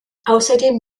außerdem